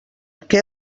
què